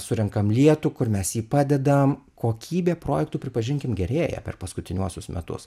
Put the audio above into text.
surenkam lietų kur mes jį padedam kokybė projektų pripažinkim gerėja per paskutiniuosius metus